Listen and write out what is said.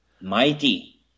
mighty